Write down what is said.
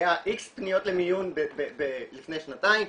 היו X פניות למיון לפני שנתיים,